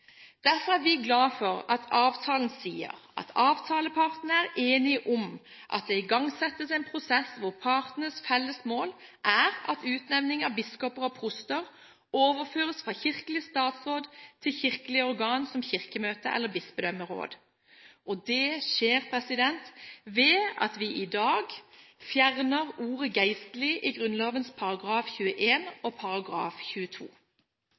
Derfor er vi glade for at avtalen sier at avtalepartene er enige om at det igangsettes en prosess, hvor partenes felles mål er at utnevning av biskoper og proster overføres fra kirkelig statsråd til kirkelige organ, som Kirkemøtet eller bispedømmeråd. Det skjer ved at vi i dag fjerner ordet «geistlige» i Grunnloven §§ 21 og 22.